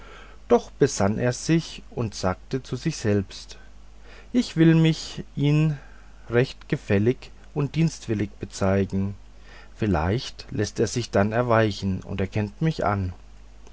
doch besann er sich und sagte zu sich selbst ich will mich ihm recht gefällig und dienstwillig bezeigen vielleicht läßt er sich dann erweichen und erkennt mich an